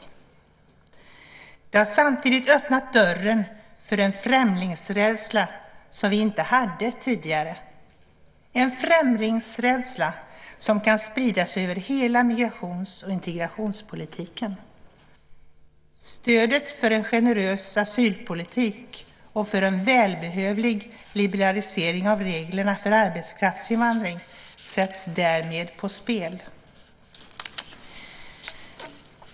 Detta har samtidigt öppnat dörren för en främlingsrädsla som vi inte hade tidigare, en främlingsrädsla som kan spridas över hela migrations och integrationspolitiken. Stödet för en generös asylpolitik och för en välbehövlig liberalisering av reglerna för arbetskraftsinvandring sätts därmed på spel.